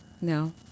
No